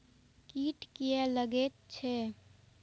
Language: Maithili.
कीट किये लगैत छै?